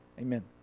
Amen